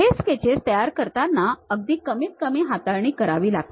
हे स्केचेस तयार करताना अगदी कमीत कमी हाताळणी करावी लागते